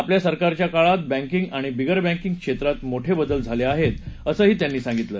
आपल्या सरकारच्या काळात बैंकींग आणि बिगर बैंकींग क्षेत्रात मोठे बदल झाले आहेत असं त्यांनी सांगितलं